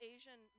Asian